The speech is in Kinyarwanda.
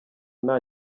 nta